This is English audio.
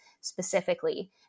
specifically